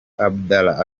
abdallah